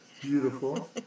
beautiful